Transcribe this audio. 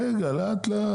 הזה.